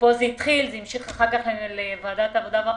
פה זה התחיל וזה המשיך לוועדת העבודה והרווחה.